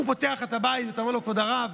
הוא פותח לך את הבית ואתה אומר לו: כבוד הרב,